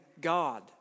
God